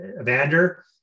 Evander